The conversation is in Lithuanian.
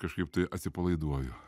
kažkaip tai atsipalaiduoju